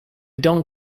don’t